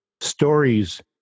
stories